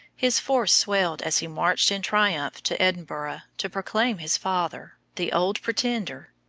his force swelled as he marched in triumph to edinburgh to proclaim his father, the old pretender,